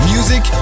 Music